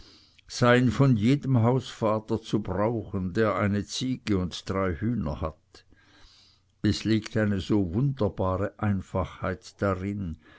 seien von jedem hausvater zu brauchen der eine ziege und drei hühner hat es liegt eine so wunderbare einfachheit darin